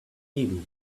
heavy